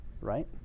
right